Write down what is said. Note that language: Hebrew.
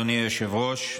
אדוני היושב-ראש.